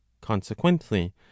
consequently